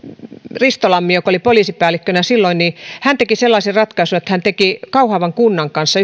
risto lammi joka oli poliisipäällikkönä silloin ja hän teki sellaisen ratkaisun että hän teki kauhavan kunnan kanssa